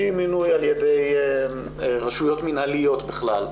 שהיא מינוי על ידי רשויות מנהליות בכלל,